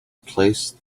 place